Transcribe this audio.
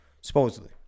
Supposedly